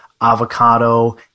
avocado